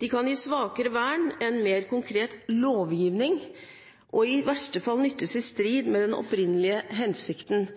De kan gi svakere vern enn mer konkret lovgivning, og i verste fall nyttes i strid med den opprinnelige hensikten.»